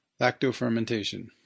Lactofermentation